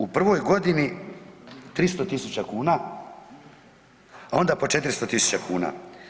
U prvoj godini 300.000 kuna, a onda po 400.000 kuna.